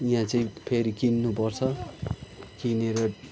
यहाँ चाहिँ फेरि किन्नुपर्छ किनेर